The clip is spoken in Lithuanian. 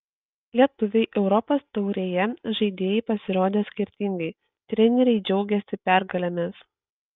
lietuviai europos taurėje žaidėjai pasirodė skirtingai treneriai džiaugėsi pergalėmis